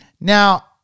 Now